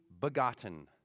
begotten